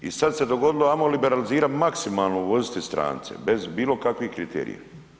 I sada se dogodilo ajmo liberalizirati maksimalno uvoziti strance bez bilo kakvih kriterija.